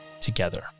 together